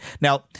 Now